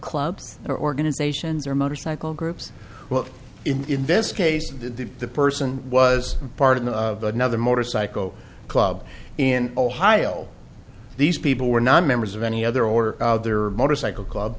and organizations or motorcycle groups well in this case the person was part of the now the motorcycle club in ohio these people were not members of any other or other motorcycle club